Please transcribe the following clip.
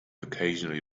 occasionally